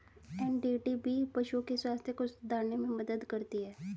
NDDB पशुओं के स्वास्थ्य को सुधारने में मदद करती है